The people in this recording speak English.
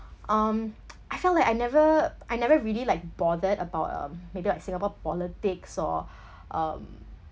um I felt like I never I never really like bothered about um maybe like Singapore politics or um